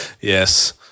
Yes